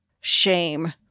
shame